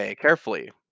carefully